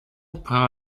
part